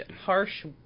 harsh